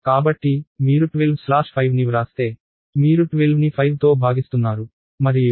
కాబట్టి మీరు 12 స్లాష్ 5ని వ్రాస్తే మీరు 12ని 5తో భాగిస్తున్నారు మరియు రిజల్ట్ 2